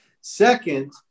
Second